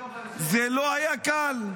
זה לא היה קל,